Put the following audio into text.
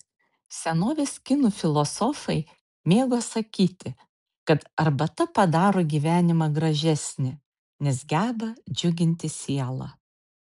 senovės kinų filosofai mėgo sakyti kad arbata padaro gyvenimą gražesnį nes geba džiuginti sielą